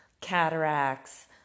cataracts